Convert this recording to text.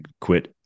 quit